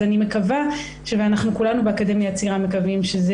אני מקווה וכולנו באקדמיה הצעירה מקווים שזה